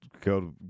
go